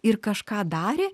ir kažką darė